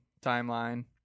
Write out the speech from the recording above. timeline